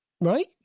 Right